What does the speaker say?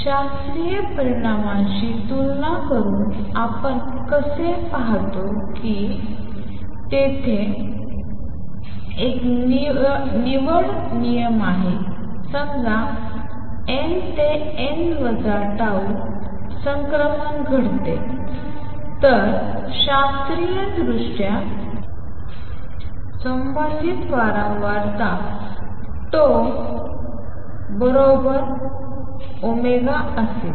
शास्त्रीय परिणामांशी तुलना करून आपण कसे पाहतो कि तेथे एक निवड नियम आहे समजा n ते n वजा ताऊ संक्रमण घडते तर शास्त्रीय मर्यादेतील संबंधित वारंवारता बरोबर tau वेळा ओमेगा असेल